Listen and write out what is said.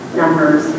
numbers